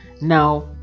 now